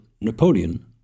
Napoleon